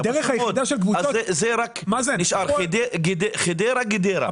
אז זה רק נשאר חדרה גדרה.